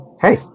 hey